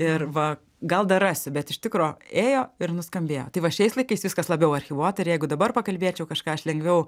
ir va gal dar rasi bet iš tikro ėjo ir nuskambėjo tai va šiais laikais viskas labiau archyvuota ir jeigu dabar pakalbėčiau kažką aš lengviau